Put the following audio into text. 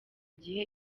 igihe